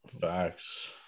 facts